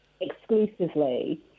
exclusively